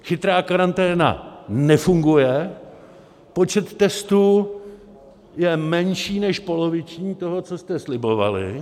Chytrá karanténa nefunguje, počet testů je menší než poloviční toho, co jste slibovali.